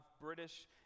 British